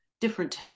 Different